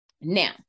Now